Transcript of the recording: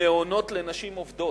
למעונות לנשים עובדות,